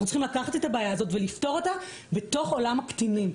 אנחנו צריכים לקחת את הבעיה הזאת ולפתור אותה בתוך עולם הקטינים,